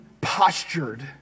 postured